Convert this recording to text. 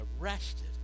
arrested